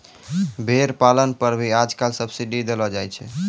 भेड़ पालन पर भी आजकल सब्सीडी देलो जाय छै